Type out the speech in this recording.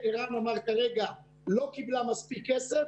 הכלכליות של הקורונה גרועות אפילו מתרחיש הקיצון שהוא